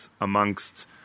amongst